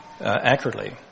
accurately